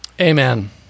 Amen